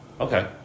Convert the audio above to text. Okay